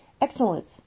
Excellence